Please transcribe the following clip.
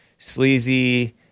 Sleazy